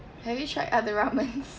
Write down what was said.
have you tried other ramen